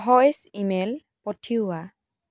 voice email পঠিওৱা